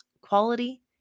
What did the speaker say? quality